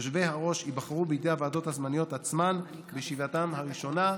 יושבי-הראש ייבחרו בידי הוועדות הזמניות עצמן בישיבתן הראשונה,